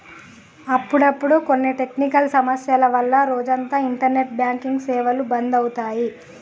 అప్పుడప్పుడు కొన్ని టెక్నికల్ సమస్యల వల్ల రోజంతా ఇంటర్నెట్ బ్యాంకింగ్ సేవలు బంధు అవుతాయి